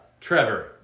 Trevor